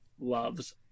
loves